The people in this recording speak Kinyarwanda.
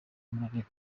umunaniro